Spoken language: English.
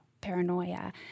paranoia